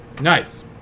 Nice